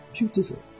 beautiful